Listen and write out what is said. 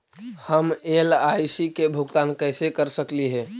हम एल.आई.सी के भुगतान कैसे कर सकली हे?